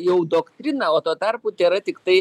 jau doktrina o tuo tarpu tėra tiktai